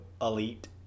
elite